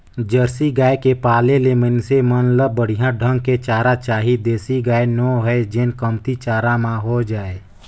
Jersey गाय के पाले ले मइनसे मन ल बड़िहा ढंग के चारा चाही देसी गाय नो हय जेन कमती चारा म हो जाय